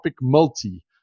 Multi